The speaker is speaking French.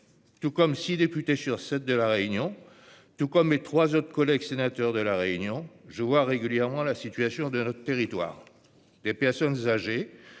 Tout comme six députés sur sept de La Réunion, tout comme mes trois collègues sénateurs de ce département, j'observe régulièrement la situation de notre territoire. Des personnes âgées,